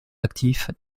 actifs